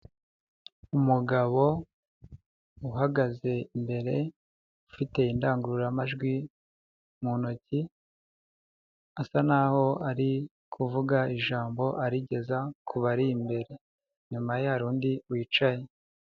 Umugabo uhagaze imbere ufite indangururamajwi mu ntoki, asa naho ari kuvuga ijambo arigeza ku bari imbere. Inyuma ye hari undi wicaye.